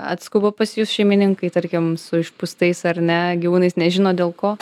atskuba pas jus šeimininkai tarkim su išpūstais ar ne gyvūnais nežino dėl ko